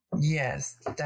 Yes